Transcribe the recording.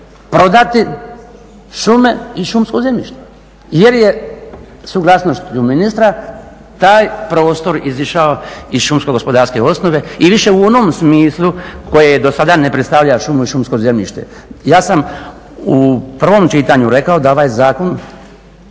prodati šume i šumsko zemljište jer je suglasnošću ministra taj prostor izišao iz šumskog gospodarske osnove. I više u onom smislu koje do sada ne predstavlja šumu i šumsko zemljište. Ja sam u provom čitanju rekao da ovaj zakon